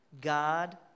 God